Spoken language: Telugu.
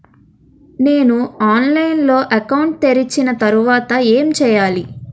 నేను ఆన్లైన్ లో అకౌంట్ తెరిచిన తర్వాత ఏం చేయాలి?